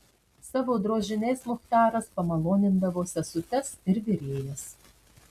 savo drožiniais muchtaras pamalonindavo sesutes ir virėjas